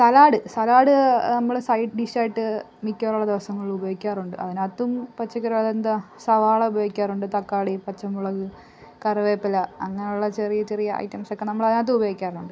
salad salad നമ്മൾ side dish ആയിട്ട് മിക്കവാറും ഉള്ള ദിവസങ്ങളിൽ ഉപയോഗിക്കാറുണ്ട് അതിനകത്തും പച്ചക്കറി അതെന്താണ് സവാള ഉപയോഗിക്കാറുണ്ട് തക്കാളി പച്ചമുളക് കറിവേപ്പില അങ്ങനെയുള്ള ചെറിയ ചെറിയ ഐറ്റംസ് ഒക്കെ നമ്മൾ അതിനകത്തും ഉപയോഗിക്കാറുണ്ട്